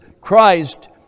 Christ